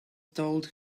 told